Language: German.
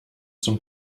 zum